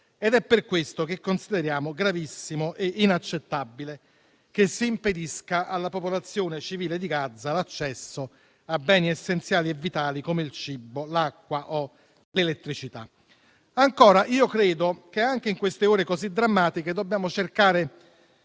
Ed è per questo che consideriamo gravissimo e inaccettabile che si impedisca alla popolazione civile di Gaza l'accesso a beni essenziali e vitali come il cibo, l'acqua o l'elettricità. Credo inoltre che anche in queste ore così drammatiche dobbiamo cercare